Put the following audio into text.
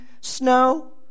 snow